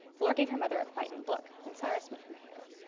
flor gave her mother a frightened look, and sayra smoothed her hair.